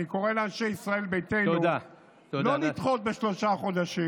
אני קורא לאנשי ישראל ביתנו לא לדחות בשלושה חודשים